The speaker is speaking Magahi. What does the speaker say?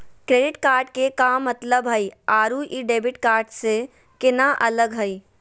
क्रेडिट कार्ड के का मतलब हई अरू ई डेबिट कार्ड स केना अलग हई?